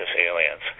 aliens